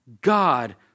God